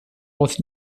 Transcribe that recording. was